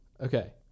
okay